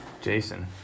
Jason